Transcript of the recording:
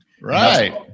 Right